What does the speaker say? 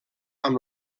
amb